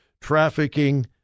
Trafficking